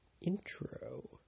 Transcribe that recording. intro